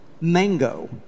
mango